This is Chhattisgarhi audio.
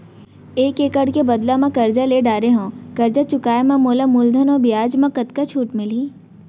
एक एक्कड़ के बदला म करजा ले डारे हव, करजा चुकाए म मोला मूलधन अऊ बियाज म कतका छूट मिलही?